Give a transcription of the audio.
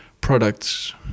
products